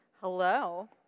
Hello